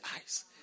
eyes